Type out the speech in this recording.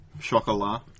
Chocolat